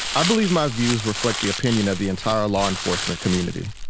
i believe my views reflect the opinion of the entire law enforcement community.